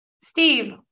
Steve